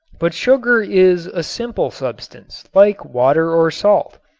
but sugar is a simple substance, like water or salt,